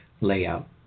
layout